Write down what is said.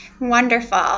Wonderful